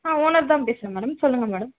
ஆ owner தான் பேசுகிறேன் madam சொல்லுங்க மேடம்